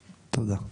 תודה.